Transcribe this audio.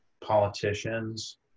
politicians